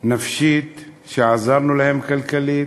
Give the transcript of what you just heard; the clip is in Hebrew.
נפשית ועזרנו להם כלכלית,